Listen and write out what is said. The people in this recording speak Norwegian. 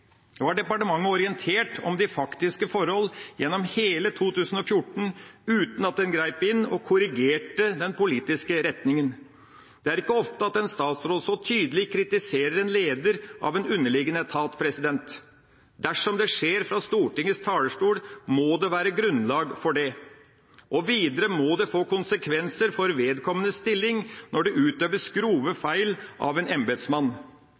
var departementet orientert om de faktiske forhold gjennom hele 2014, uten at man grep inn og korrigerte den politiske retninga. Det er ikke ofte at en statsråd så tydelig kritiserer en leder av en underliggende etat. Dersom det skjer fra Stortingets talerstol, må det være grunnlag for det. Og videre må det få konsekvenser for vedkommendes stilling når det utøves grove feil av en embetsmann.